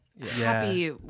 Happy